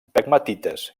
pegmatites